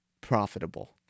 profitable